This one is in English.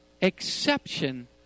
exception